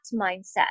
mindset